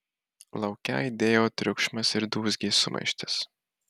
lauke aidėjo triukšmas ir dūzgė sumaištis